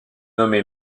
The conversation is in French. nommé